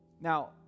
Now